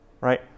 right